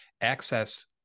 access